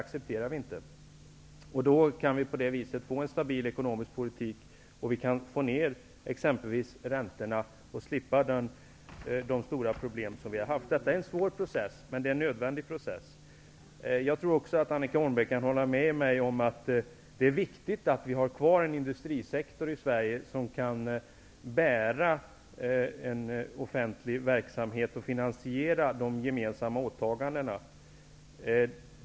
På det sättet kan vi få en stabil ekonomisk politik och exempelvis genom att få ned räntorna slippa de svåra problem som vi har haft. Detta är en svår men nödvändig process. Jag tror också att Annika Åhnberg kan hålla med mig om att det är viktigt att vi har kvar en industrisektor i Sverige som kan bära en offentlig verksamhet och finansiera de gemensamma åtagandena.